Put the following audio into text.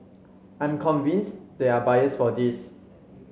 I'm convinced there are buyers for this